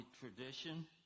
tradition